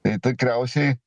tai tikriausiai